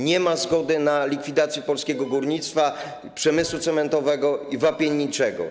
Nie ma zgody na likwidację polskiego górnictwa, przemysłu cementowego i wapienniczego.